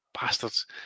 bastards